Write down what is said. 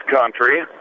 country